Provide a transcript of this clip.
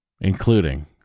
including